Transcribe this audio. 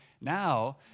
Now